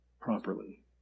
properly